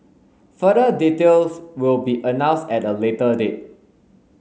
further details will be announced at a later date